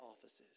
offices